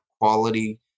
quality